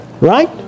right